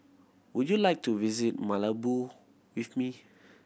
would you like to visit Malabo with me